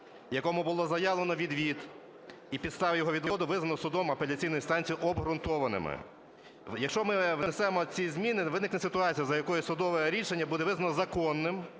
якому було заявлено відвід і підстави його відводу визнано судом апеляційної інстанції обґрунтованими. Якщо ми не внесемо ці зміни, виникне ситуація, за якою судове рішення буде визнано законним,